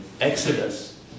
Exodus